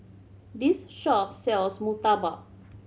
this shop sells murtabak